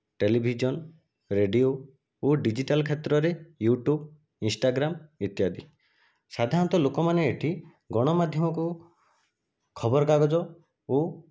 television radio ଓ digital କ୍ଷେତ୍ରରେ YouTube Instagram ଇତ୍ୟାଦି ସାଧାରଣତଃ ଲୋକମାନେ ଏଠି ଗଣ ମାଧ୍ୟମକୁ ଖବର କାଗଜ ଓ